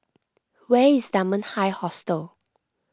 where is Dunman High Hostel